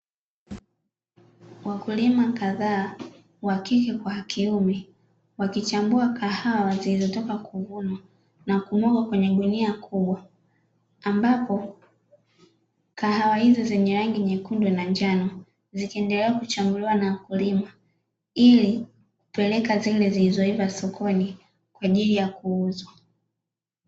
Wakulima kadhaa wakike kwa wa kiume, wakichambua kahawa zilizotakwa kuvunwa na kung'oka kwenye gunia kubwa, ambapo kahawa hizi zenye rangi nyekundu na njano zikiendelea kuchambuliwa na wakulima, ili kupeleka zile zilizoiva sokoni kwa ajili ya kuuzwa.